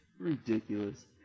Ridiculous